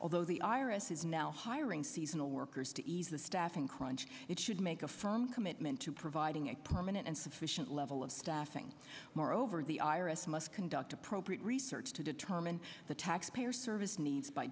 although the irises now hiring seasonal workers to ease the staffing crunch it should make a firm commitment to providing a permanent and sufficient level of staffing moreover the iris must conduct appropriate research to determine the taxpayer service needs by